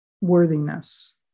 worthiness